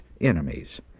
enemies